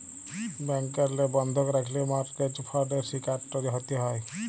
ব্যাংকেরলে বন্ধক রাখল্যে মরটগেজ ফরডের শিকারট হ্যতে হ্যয়